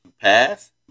pass